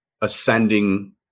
ascending